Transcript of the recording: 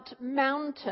mountains